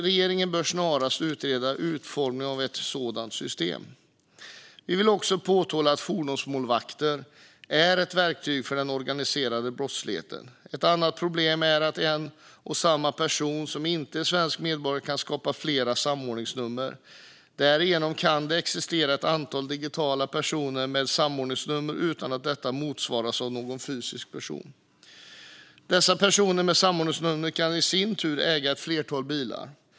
Regeringen bör snarast utreda utformningen av ett sådant system. Vi vill också påtala att fordonsmålvakter är ett verktyg för den organiserade brottsligheten. Ett annat problem är att en och samma person som inte är svensk medborgare kan skapa flera samordningsnummer. Därigenom kan det existera ett antal digitala personer med samordningsnummer utan att detta motsvaras av någon fysisk person. Dessa digitala personer med samordningsnummer kan i sin tur äga ett flertal bilar.